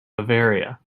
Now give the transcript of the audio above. bavaria